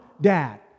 dad